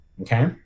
Okay